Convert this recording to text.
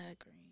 agree